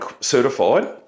certified